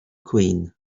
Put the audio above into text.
queen